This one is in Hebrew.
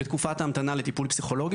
בתקופת ההמתנה לטיפול פסיכולוגי.